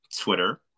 Twitter